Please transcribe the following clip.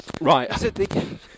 Right